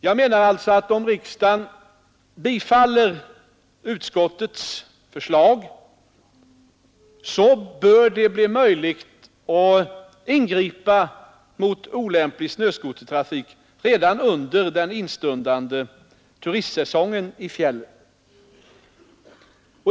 Jag menar alltså att om riksdagen bifaller utskottets förslag så bör det bli möjligt att ingripa mot olämplig snöskotertrafik redan under den instundande turists äsongen i fjällen.